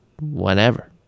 whenever